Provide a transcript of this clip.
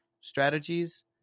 strategies